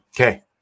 Okay